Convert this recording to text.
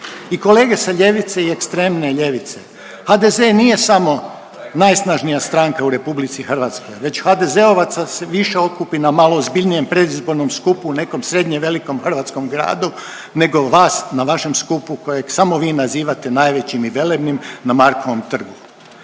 I kolege sa ljevice i ekstremne ljevice, HDZ nije samo najsnažnija stranka u Republici Hrvatskoj već HDZ-ovaca se više okupi na malo ozbiljnijem predizbornom skupu u nekom srednje velikom hrvatskom gradu nego vas na vašem skupu kojeg samo vi nazivate najvećim i velebnim na Markovom trgu.